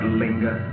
linger